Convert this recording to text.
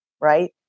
right